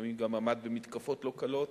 לפעמים גם עמד במתקפות לא קלות,